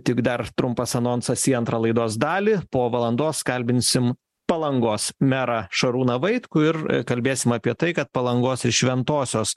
tik dar trumpas anonsas į antrą laidos dalį po valandos kalbinsim palangos merą šarūną vaitkų ir kalbėsime apie tai kad palangos ir šventosios